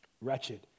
wretched